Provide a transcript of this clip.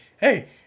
hey